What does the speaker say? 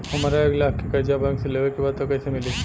हमरा एक लाख के कर्जा बैंक से लेवे के बा त कईसे मिली?